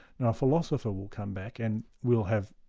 now a philosopher will come back and will have